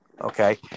Okay